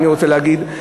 אני רוצה להגיד,